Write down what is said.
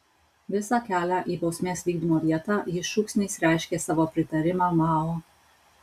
visą kelią į bausmės vykdymo vietą ji šūksniais reiškė savo pritarimą mao